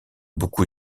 beaucoup